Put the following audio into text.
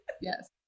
Yes